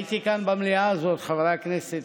הייתי כאן, במליאה הזאת, חברי הכנסת,